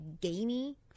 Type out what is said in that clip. gamey